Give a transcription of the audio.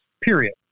period